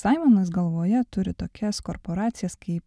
saimonas galvoje turi tokias korporacijas kaip